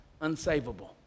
unsavable